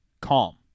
calm